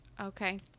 Okay